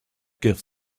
give